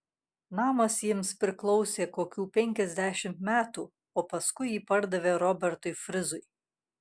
namas jiems priklausė kokių penkiasdešimt metų o paskui jį pardavė robertui frizui